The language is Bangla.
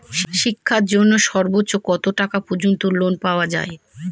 শিক্ষার জন্য সর্বোচ্চ কত টাকা পর্যন্ত লোন পাওয়া য়ায়?